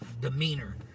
demeanor